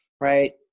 right